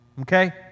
Okay